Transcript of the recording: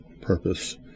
purpose